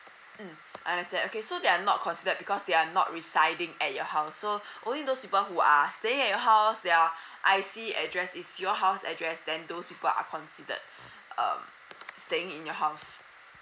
mm understand okay so they are not considered because they are not residing at your house so only those people who are staying at your house their I_C address is your house address then those people are considered um staying in your house